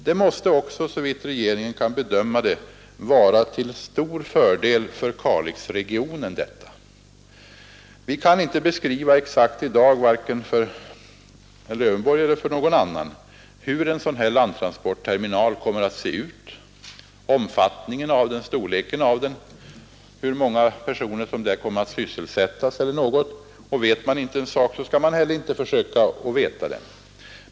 Detta måste också, såvitt regeringen kan bedöma det, vara till stor fördel för Kalixregionen. Vi kan inte i dag exakt beskriva för vare sig herr Lövenborg eller någon annan hur en sådan landtransportterminal kommer att se ut — omfattningen av den, storleken på den, hur många personer som där kommer att sysselsättas osv. Och vet man inte en sak skall man heller inte söka göra troligt att man vet något.